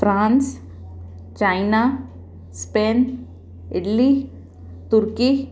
France China Spain Italy turkey